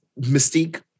Mystique